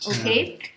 okay